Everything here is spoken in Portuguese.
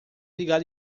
ligar